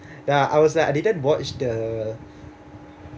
ya I was like I didn't watch the